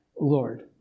Lord